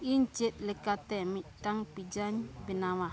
ᱤᱧ ᱪᱮᱫ ᱞᱮᱠᱟᱛᱮ ᱢᱤᱫᱴᱟᱝ ᱯᱤᱡᱽᱡᱟᱧ ᱵᱮᱱᱟᱣᱟ